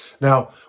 Now